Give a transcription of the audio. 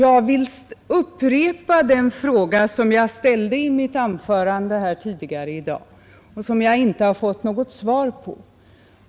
Jag vill upprepa den fråga som jag ställde i mitt anförande tidigare i dag och som jag inte fått något svar på.